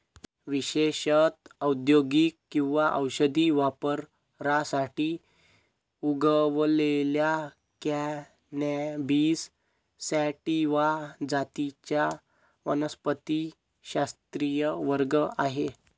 विशेषत औद्योगिक किंवा औषधी वापरासाठी उगवलेल्या कॅनॅबिस सॅटिवा जातींचा वनस्पतिशास्त्रीय वर्ग आहे